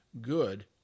good